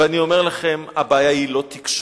ואני אומר לכם שהבעיה אינה תקשוב,